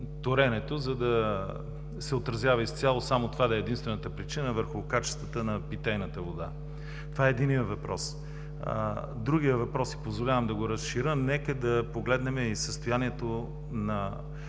торенето, за да се отразява изцяло – това да е единствената причина – върху качествата на питейната вода. Това е единият въпрос. Другия въпрос си позволявам да го разширя – нека да погледнем състоянието на